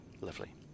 lovely